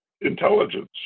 intelligence